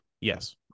Yes